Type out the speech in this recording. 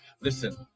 Listen